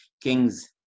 king's